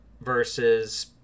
versus